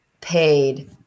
paid